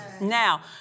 Now